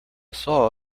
saw